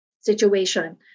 situation